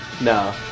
no